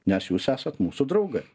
nes jūs esat mūsų draugai